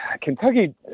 Kentucky